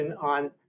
on